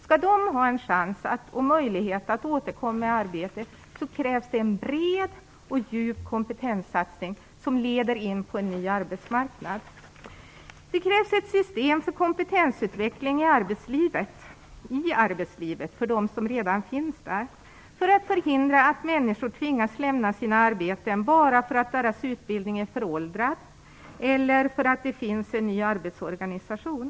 Skall de ha en chans och en möjlighet att återkomma i arbete krävs en bred och djup kompetenssatsning som leder in på en ny arbetsmarknad. Det krävs ett system för kompetensutveckling i arbetslivet för dem som redan finns där för att förhindra att människor tvingas lämna sina arbeten bara för att deras utbildning är föråldrad eller för att det finns en ny arbetsorganisation.